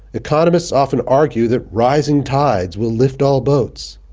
economists often argue that rising tides will lift all boats.